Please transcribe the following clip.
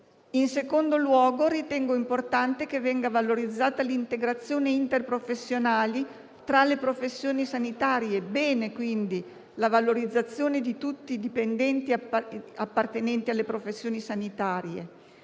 In secondo luogo, ritengo importante che venga valorizzata l'integrazione interprofessionale tra le professioni sanitarie. Va bene, quindi, la valorizzazione di tutti i dipendenti appartenenti alle professioni sanitarie.